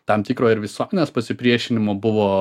tam tikro ir visuomenės pasipriešinimo buvo